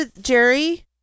Jerry